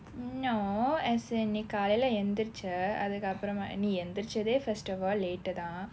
no as in நீ காலையில எழுந்திருச்ச அதுக்கு அப்புறமா நீ எழுந்தரிச்சதே:ni kaalayila elunthiruchu athukku appuramaa ni elunthiruchathe first of all late தான்:thaan